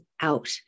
out